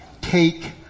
take